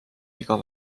iga